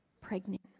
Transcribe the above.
pregnant